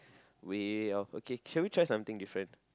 way of okay should we try something different